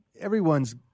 everyone's